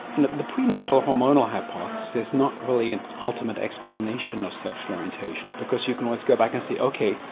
the prenatal hormonal hypothesis is not really an ultimate explanation of sexual orientation because you can always go back and say okay,